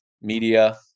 media